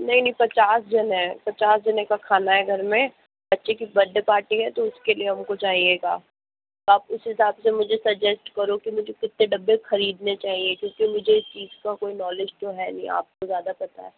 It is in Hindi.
नहीं नहीं पचास जन हैं पचास जने का खाना है घर में बच्चे की बर्थडे पार्टी है तो उसके लिए हमको चाहिए था तो आप उस हिसाब से मुझे सजेस्ट करो कि मुझे कितने डब्बे खरीदने चाहिए क्योंकि मुझे इस चीज़ का कोई नॉलेज तो है नहीं आपको ज़्यादा पता है